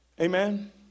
Amen